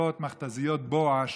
במכת"זית בואש,